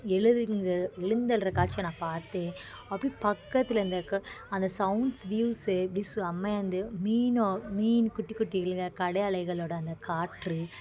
எழுதிங்க எழுந்தருள்ற காட்சிய நான் பார்த்தேன் அப்படி பக்கத்தில் இந்த இருக்க அந்த சவுண்ட்ஸ் வ்யூஸ்ஸு இப்படி செம்மையாக இருந்தது மீன் மீன் குட்டி குட்டிகளும் கடல் அலைகளோட அந்த காற்று